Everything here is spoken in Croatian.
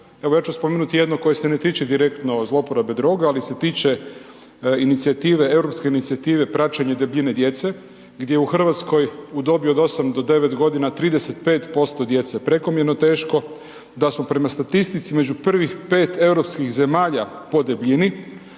evo ja ću spomenut jedno koje se ne tiče direktno zlouporabe droga, ali se tiče inicijative, europske inicijative praćenje debljine djece, gdje u Hrvatskoj u dobi od 8 do 9 godina 35% djece je prekomjerno teško, da smo prema statistici među prvih 5 europskih zemalja po debljini,